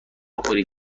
بخوری